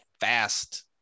fast